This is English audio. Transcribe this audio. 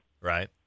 Right